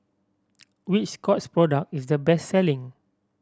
which Scott's product is the best selling